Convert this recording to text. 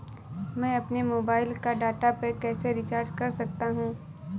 मैं अपने मोबाइल का डाटा पैक कैसे रीचार्ज कर सकता हूँ?